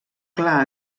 clar